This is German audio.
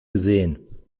gesehen